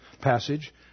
passage